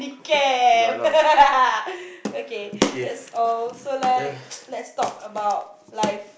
okay that's all so like let's talk about life